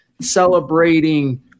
celebrating